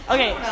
Okay